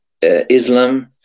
Islam